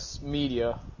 media